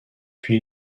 puis